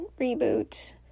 reboot